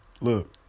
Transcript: Look